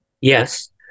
Yes